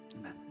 amen